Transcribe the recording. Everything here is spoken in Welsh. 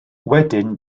wedyn